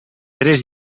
tres